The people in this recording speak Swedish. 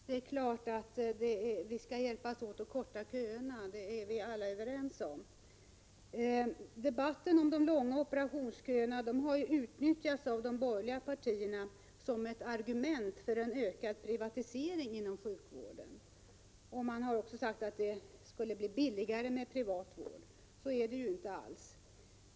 Herr talman! Det är klart att vi skall hjälpas åt att korta av köerna. Det är vi alla överens om. Debatten om de långa operationsköerna har utnyttjats av de borgerliga partierna som ett argument för en ökad privatisering inom sjukvården. Man har också sagt att det skulle bli billigare med privat vård — så är det inte alls.